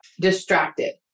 distracted